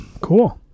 Cool